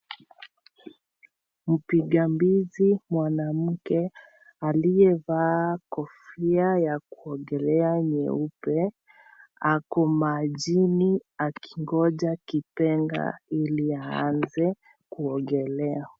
Mpiga mbizi, mwanamke aliyevaa kofia ya kuogelea nyeupe, ako majini akingoja kipenga ili aanze kuogelea.